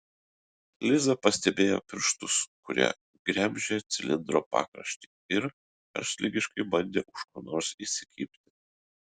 liza pastebėjo pirštus kurie gremžė cilindro pakraštį ir karštligiškai bandė už ko nors įsikibti